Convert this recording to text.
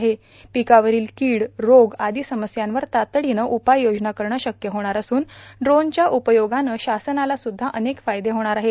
र्पिकावरोल र्पिकड रोग आर्मद समस्यावर तातडीनं उपाय योजना करणं शक्य होणार असून ड्रोनच्या उपयोगाचे शासनाला सुध्दा अनेक फायदे होणार आहेत